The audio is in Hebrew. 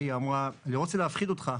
היא אמרה אני לא רוצה להפחיד אותך,